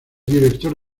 director